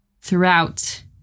throughout